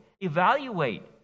Evaluate